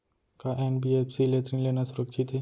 का एन.बी.एफ.सी ले ऋण लेना सुरक्षित हे?